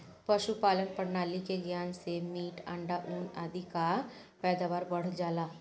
पशुपालन प्रणाली के ज्ञान से मीट, अंडा, ऊन आदि कअ पैदावार बढ़ जाला